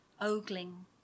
ogling